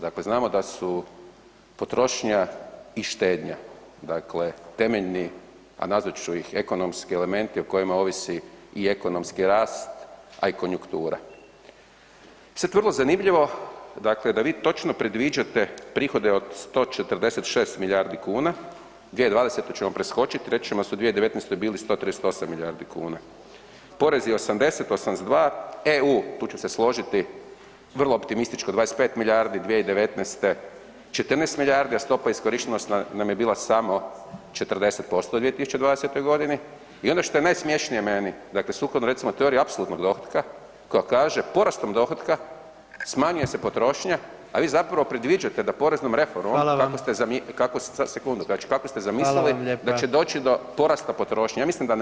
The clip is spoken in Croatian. Dakle znamo da su potrošnja i štednja, dakle temeljni, a nazvat ću ih ekonomski elementi o kojima ovisi i ekonomski rast, a i konjuktura i sad vrlo zanimljivo dakle da vi točno predviđate prihode od 146 milijardi kuna 2020. ćemo preskočit, reći ćemo da su u 2019. bili 138 milijardi kuna, porezi 80, 82, EU tu ću se složiti vrlo optimističko 25 milijardi 2019., 14 milijardi, a stopa iskorištenosti nam je bila samo 40% u 2020. godini i ono što je najsmješnije meni, dakle sukladno recimo teoriji apsolutnog dohotka koja kaže porastom dohotka smanjuje se potrošnja, a vi zapravo predviđate da poreznom reformom da kako ste [[Upadica: Hvala vam.]] samo sekundu, kako ste zamislili [[Upadica: Hvala vam lijepo.]] da će doći do porasta potrošnje, ja mislim da neće.